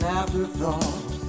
afterthought